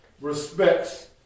respects